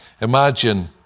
Imagine